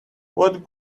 what